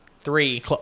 Three